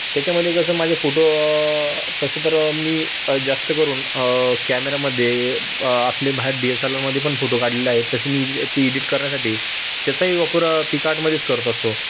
त्याच्यामध्ये कसं माझे फोटो तसं तर मी जास्त करून कॅमेरामध्ये आपले बाहेर डी एस एल आरमध्ये पण फोटो काढलेले आहेत तसे मी इ ती इडित करण्यासाठी त्याचाही वापर पिकआर्टमध्येच करत असतो